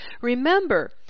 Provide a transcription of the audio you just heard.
remember